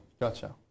Gotcha